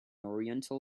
oriental